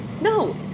No